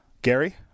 Gary